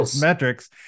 metrics